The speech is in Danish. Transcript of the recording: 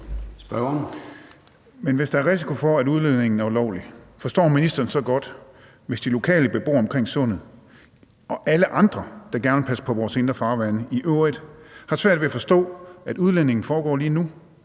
Men hvis der er risiko for, at udledningen er ulovlig, forstår ministeren så godt, hvis de lokale beboere omkring sundet og i øvrigt alle andre, der gerne vil passe på vores indre farvande, har svært ved at forstå, at udledningen foregår lige nu?